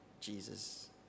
Jesus